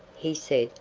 he said,